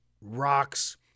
rocks